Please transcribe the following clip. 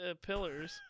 pillars